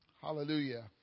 Hallelujah